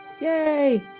Yay